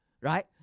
Right